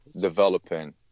developing